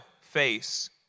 face